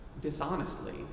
dishonestly